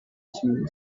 two